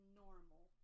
normal